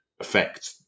affect